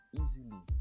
easily